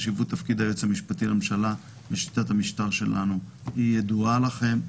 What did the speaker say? חשיבות תפקיד היועץ המשפטי לממשלה בשיטת המשטר שלנו ידועה לכם.